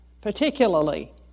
particularly